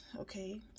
okay